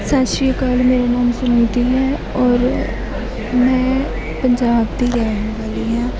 ਸਤਿ ਸ਼੍ਰੀ ਅਕਾਲ ਮੇਰਾ ਨਾਮ ਸੁਨਿਧੀ ਹੈ ਔਰ ਮੈਂ ਪੰਜਾਬ ਦੀ ਰਹਿਣ ਵਾਲੀ ਹਾਂ